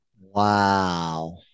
Wow